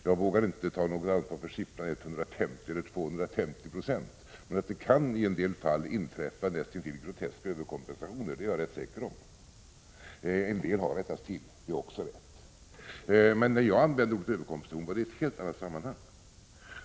Jag vågar inte ta något ansvar för uppgifter om 150 eller 250 26, men att det i en del fall kan bli näst intill groteska överkompensationer är jag rätt säker på. En del har rättats till — det är också riktigt. När jag använde ordet överkompensation var det i ett helt annat sammanhang.